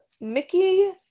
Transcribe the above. Mickey